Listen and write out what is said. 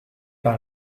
par